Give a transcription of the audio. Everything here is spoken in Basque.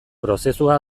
prozesua